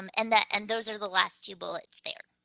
um and and those are the last two bullets there.